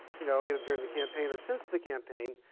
you know, either during the campaign or since the campaign.